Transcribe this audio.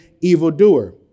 evildoer